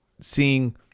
seeing